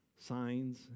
signs